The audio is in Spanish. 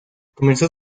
comenzó